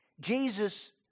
Jesus